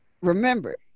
Remember